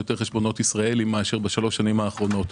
יותר חשבונות ישראליים משלוש השנים האחרונות.